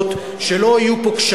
שלא יהיו פה לקונות,